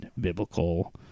biblical